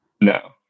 No